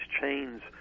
chains